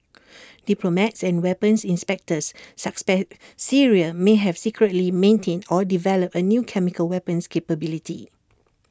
diplomats and weapons inspectors suspect Syria may have secretly maintained or developed A new chemical weapons capability